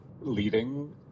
leading